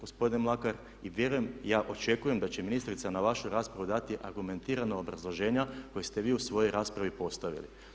Gospodine Mlakar vjerujem, ja očekujem da će ministrica na vašu raspravu dati argumentirana obrazloženja koja ste vi u svojoj raspravi postavili.